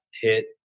hit